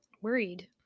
worried